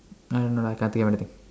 I don't know I can't think of anything